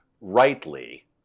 rightly